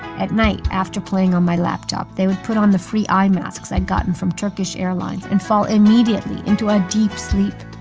at night, after playing on my laptop, they would put on the free eye masks i'd gotten from turkish airlines and fall immediately into a deep sleep.